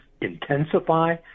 intensify